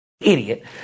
idiot